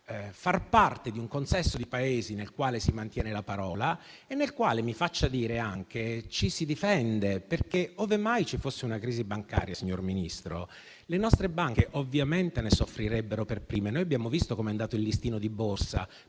far parte di un consesso di Paesi nel quale si mantiene la parola e - me lo faccia anche dire - ci si difende pure, perché, ove mai ci fosse una crisi bancaria, signor Ministro, le nostre banche ovviamente ne soffrirebbero per prime. Abbiamo visto com'è andato il listino di borsa.